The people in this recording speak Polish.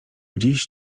dziś